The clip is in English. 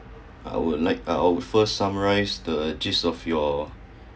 I would like I would first summarise the gist of your